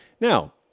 Now